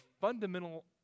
fundamental